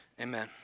Amen